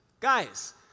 Guys